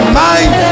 mind